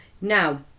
Now